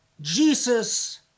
Jesus